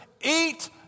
Eat